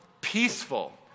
peaceful